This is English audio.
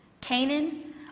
Canaan